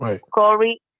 Corey